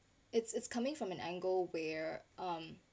it's it's coming from an angle where um